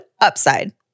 Upside